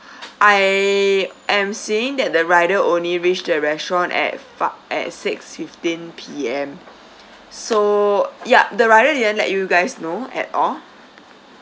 I am seeing that the rider only reached the restaurant at fi~ at six fifteen P_M so yup the rider didn't let you guys know at all